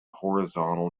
horizontal